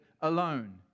alone